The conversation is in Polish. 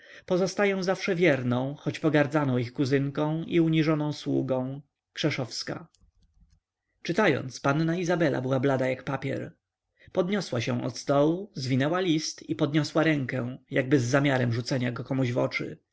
pozostaję zawsze wierną choć pogardzaną ich kuzynką i uniżoną sługą krzeszowska czytając panna izabela była blada jak papier podniosła się od stołu zwinęła list i podniosła rękę jakby z zamiarem rzucenia go komuś w oczy